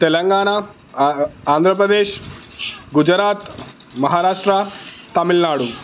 Telangana Andhra Pradesh Gujarat Maharashtra Tamil Nadu